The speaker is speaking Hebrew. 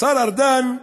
השר ארדן,